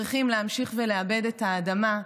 צריכים להמשיך לעבד את האדמה,